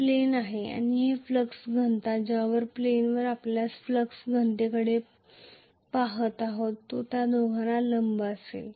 हे प्लेन आहे आणि फ्लक्स घनता ज्या प्लेनवर आपण फ्लक्स घनतेकडे पहात आहोत तो त्या दोघांनाही लंब असेल